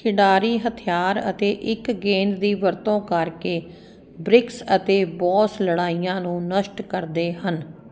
ਖਿਡਾਰੀ ਹਥਿਆਰ ਅਤੇ ਇੱਕ ਗੇਂਦ ਦੀ ਵਰਤੋਂ ਕਰਕੇ ਬ੍ਰਿਕਸ ਅਤੇ ਬੌਸ ਲੜਾਈਆਂ ਨੂੰ ਨਸ਼ਟ ਕਰਦੇ ਹਨ